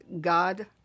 God